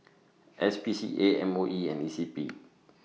S P C A M O E and E C P